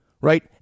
right